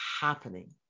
happening